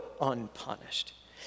unpunished